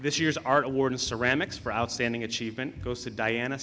this year's art award ceramics for outstanding achievement goes to diana